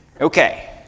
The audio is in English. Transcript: Okay